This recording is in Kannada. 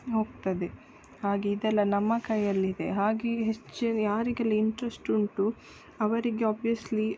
ಹೋಗ್ತದೆ ಹಾಗೆ ಇದೆಲ್ಲ ನಮ್ಮ ಕೈಯಲ್ಲಿದೆ ಹಾಗೆಯೇ ಹೆಚ್ಚು ಯಾರಿಗೆಲ್ಲ ಇಂಟ್ರೆಸ್ಟ್ ಉಂಟು ಅವರಿಗೆ ಓಬಿಯಸ್ಲಿ